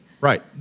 right